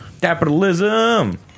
Capitalism